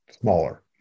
smaller